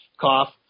cough